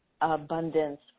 abundance